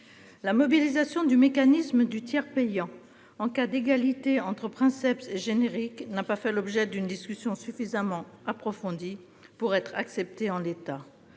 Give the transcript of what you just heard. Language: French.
La mobilisation du mécanisme du tiers payant en cas d'égalité entre princeps et générique n'a pas fait l'objet d'une discussion suffisamment approfondie pour être acceptée en l'état.